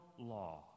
law